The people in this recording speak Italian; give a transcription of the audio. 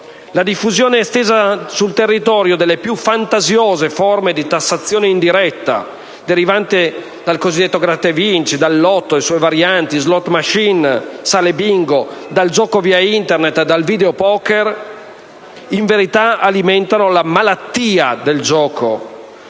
La diffusione estesa sul territorio delle più fantasiose forme di tassazione indiretta, derivante dal cosiddetto gratta e vinci, dal lotto e dalle sue varianti, da *slot machine* e sale bingo, dal gioco via Internet, dal *videopoker*, in verità alimentano la malattia del gioco,